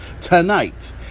tonight